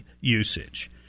usage